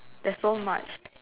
there's so much